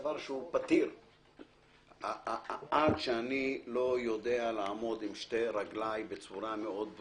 "תרחיש נוסף הוא: שראינו שההפרש בין שני המסלולים יהיה גדול מאוד,